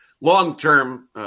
long-term